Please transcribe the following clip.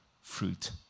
fruit